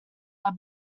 are